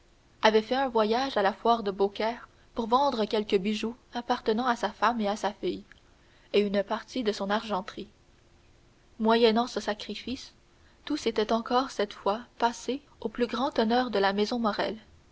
avait fait un voyage à la foire de beaucaire pour vendre quelques bijoux appartenant à sa femme et à sa fille et une partie de son argenterie moyennant ce sacrifice tout s'était encore cette fois passé au plus grand honneur de la maison